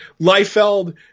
Liefeld